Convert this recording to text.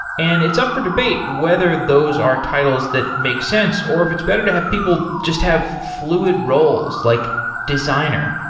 and it's up for debate whether those are titles that make sense, or if it's better to have people just have fluid roles, like designer,